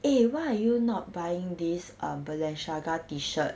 eh why are you not buying this uh balenciaga t-shirt